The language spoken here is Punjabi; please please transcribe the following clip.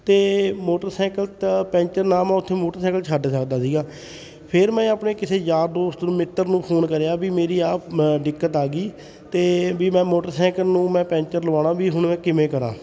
ਅਤੇ ਮੋਟਰਸਾਈਕਲ ਤਾਂ ਪੈਂਚਰ ਨਾ ਮੈਂ ਉੱਥੇ ਮੋਟਰਸਾਈਕਲ ਛੱਡ ਸਕਦਾ ਸੀਗਾ ਫਿਰ ਮੈਂ ਆਪਣੇ ਕਿਸੇ ਯਾਰ ਦੋਸਤ ਨੂੰ ਮਿੱਤਰ ਨੂੰ ਫੋਨ ਕਰਿਆ ਵੀ ਮੇਰੀ ਆਹ ਮ ਦਿੱਕਤ ਆ ਗਈ ਅਤੇ ਵੀ ਮੈਂ ਮੋਟਰਸਾਈਕਲ ਨੂੰ ਮੈਂ ਪੈਂਚਰ ਲਵਾਉਣਾ ਵੀ ਹੁਣ ਮੈਂ ਕਿਵੇਂ ਕਰਾਂ